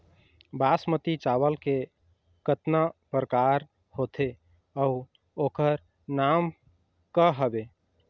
बासमती चावल के कतना प्रकार होथे अउ ओकर नाम क हवे?